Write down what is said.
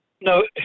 No